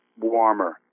warmer